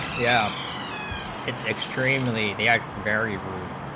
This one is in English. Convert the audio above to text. yeah is extremely the act very room at